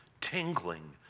tingling